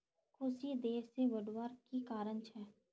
कुशी देर से बढ़वार की कारण छे?